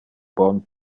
bon